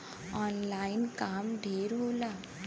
online काम ढेर होला